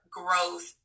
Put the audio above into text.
growth